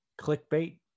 clickbait